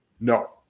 No